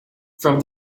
from